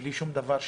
בלי שום דבר,